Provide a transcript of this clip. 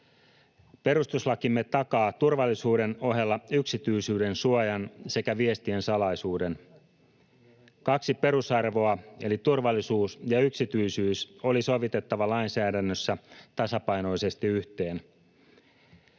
Perustuslakimme takaa turvallisuuden ohella yksityisyyden suojan sekä viestien salaisuuden. Kaksi perusarvoa, eli turvallisuus ja yksityisyys, oli sovitettava lainsäädännössä tasapainoisesti yhteen.